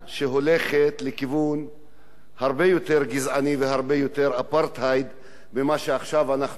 לכיוון הרבה יותר גזעני והרבה יותר אפרטהייד ממה שעכשיו אנחנו נמצאים בו.